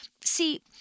See